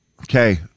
Okay